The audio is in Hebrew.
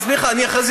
שאני וידידי